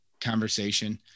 conversation